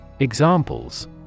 Examples